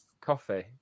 coffee